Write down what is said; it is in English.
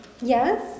Yes